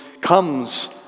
comes